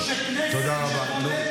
תודה רבה.